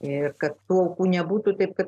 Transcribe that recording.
ir kad tų aukų nebūtų taip